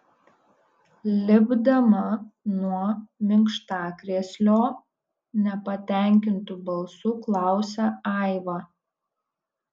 lipdama nuo minkštakrėslio nepatenkintu balsu klausia aiva